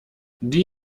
die